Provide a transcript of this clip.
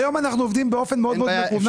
היום אנחנו עובדים באופן מאוד מאוד מקוון,